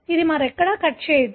ఇది మరెక్కడా కట్ చేయదు